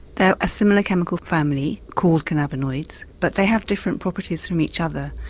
they are a similar chemical family called cannabinoids but they have different properties from each other.